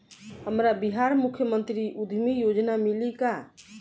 हमरा बिहार मुख्यमंत्री उद्यमी योजना मिली का?